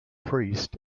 priest